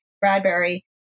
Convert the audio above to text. Bradbury